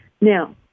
Now